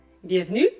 Bienvenue